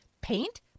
paint